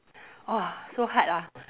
!whoa! so hard ah